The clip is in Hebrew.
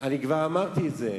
אני כבר אמרתי את זה.